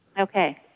Okay